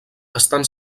estan